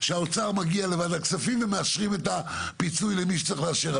שהאוצר מגיע לוועדת כספים ומאשרים את הפיצוי למי שצריך לאשר,